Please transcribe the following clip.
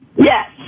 Yes